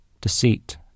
deceit